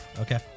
Okay